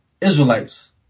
Israelites